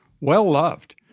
well-loved